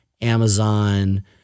Amazon